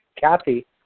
Kathy